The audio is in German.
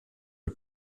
der